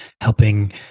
helping